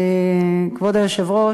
כבוד היושב-ראש,